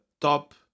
top